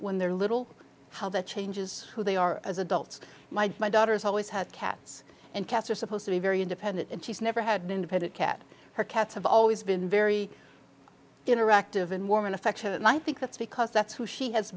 when they're little how that changes who they are as adults my my daughter's always had cats and cats are supposed to be very independent and she's never had an independent cat her cats have always been very interactive and warm and affectionate and i think that's because that's who she has